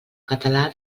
català